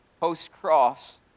post-cross